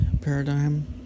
paradigm